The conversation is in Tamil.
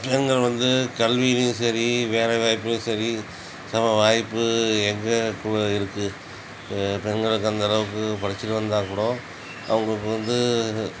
பெண்கள் வந்து கல்விலேயும் சரி வேலை வாய்ப்புலேயும் சரி சம வாய்ப்பு எங்கே இப்போ இருக்குது பெண்களுக்கு அந்தளவுக்கு பிரச்சனை வந்தால் கூட அவங்களுக்கு வந்து